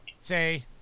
Say